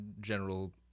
general